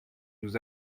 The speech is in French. nous